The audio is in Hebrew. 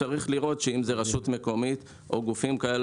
צריך לראות שאם זו רשות מקומית או גופים כאלה